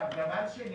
דבר שני,